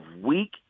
weak